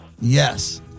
Yes